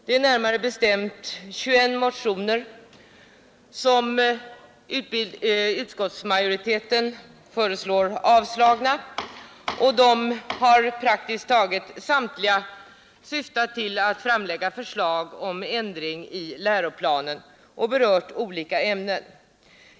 Det är närmare bestämt 21 motioner som utskottsmajoriteten yrkar avslag på, och de har praktiskt taget samtliga syftat till ändringar i läroplanen och berört olika ämnen.